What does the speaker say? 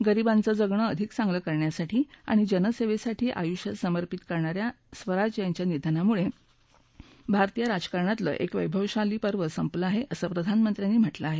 गरीबांचं जगणं अधिक चांगलं करण्यासाठी आणि जनसेवेसाठी आयूष्य समपिंत करणाऱ्या सुषमा स्वराज यांच्या निधनामुळे भारतीय राजकारणातलं एक वैभवशाली पर्व संपलं आहे असं प्रधानमंत्र्यांनी म्हटलं आहे